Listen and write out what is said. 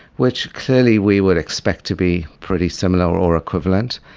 which clearly we would expect to be pretty similar or equivalent,